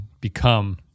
become